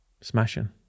Smashing